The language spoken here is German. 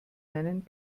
nennen